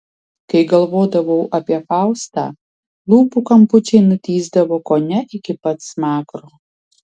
kai galvodavau apie faustą lūpų kampučiai nutįsdavo kone iki pat smakro